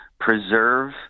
preserve